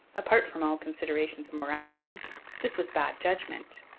apart from all considerations of morality this was bad judgment.